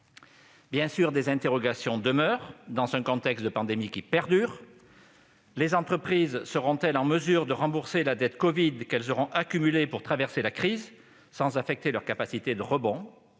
évidemment, des interrogations demeurent : dans un contexte de pandémie qui perdure, les entreprises seront-elles en mesure de rembourser la dette covid qu'elles auront accumulée pour traverser la crise sans affecter leur capacité de rebond ?